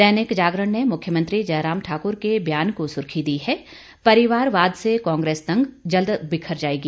दैनिक जागरण ने मुख्यमंत्री जयराम ठाक्र के बयान को सुर्खी दी है परिवारवाद से कांग्रेस तंग जल्द बिखर जाएगी